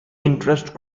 interest